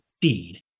deed